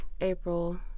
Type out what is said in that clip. April